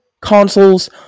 consoles